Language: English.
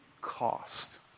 cost